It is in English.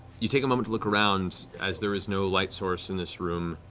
you take a moment to look around as there is no light source in this room